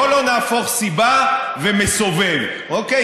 בואו לא נהפוך סיבה ומסובב, אוקיי?